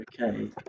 Okay